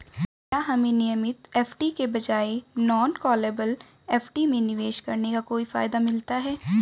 क्या हमें नियमित एफ.डी के बजाय नॉन कॉलेबल एफ.डी में निवेश करने का कोई फायदा मिलता है?